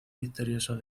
victorioso